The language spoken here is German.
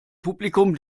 publikum